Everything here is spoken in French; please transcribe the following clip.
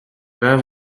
ben